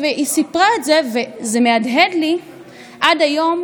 היא סיפרה את וזה מהדהד לי עד היום,